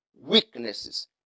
Weaknesses